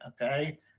Okay